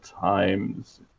times